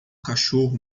cachorro